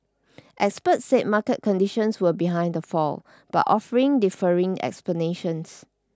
experts said market conditions were behind the fall but offering differing explanations